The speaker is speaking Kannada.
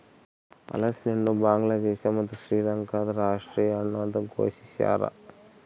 ಹಲಸಿನಹಣ್ಣು ಬಾಂಗ್ಲಾದೇಶ ಮತ್ತು ಶ್ರೀಲಂಕಾದ ರಾಷ್ಟೀಯ ಹಣ್ಣು ಅಂತ ಘೋಷಿಸ್ಯಾರ